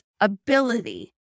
ability